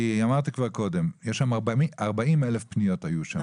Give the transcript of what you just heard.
אמרת כבר קודם שהיו שם 40,000 פניות.